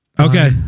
Okay